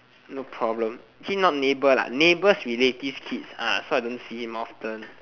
no problem actually not neighbour actually not neighbour lah neighbour's relative kids so I don't see him often